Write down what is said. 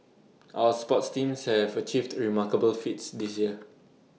our sports teams have achieved remarkable feats this year